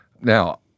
Now